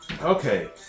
Okay